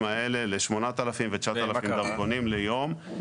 האלה ל-8,000 ו-9,000 דרכונים ביום.